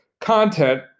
content